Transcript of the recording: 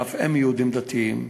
שאף הם יהודים דתיים.